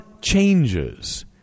changes